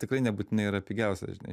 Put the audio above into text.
tikrai nebūtinai yra pigiausias žinai